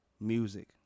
music